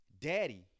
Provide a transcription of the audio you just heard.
Daddy